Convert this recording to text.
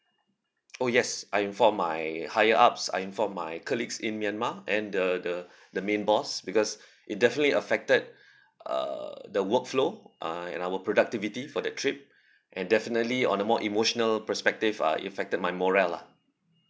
oh yes I inform my higher ups I inform my colleagues in myanmar and the the the main boss because it definitely affected uh the workflow uh and our productivity for that trip and definitely on a more emotional perspective uh it affected my morale lah